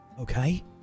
Okay